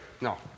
No